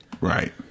right